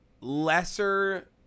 lesser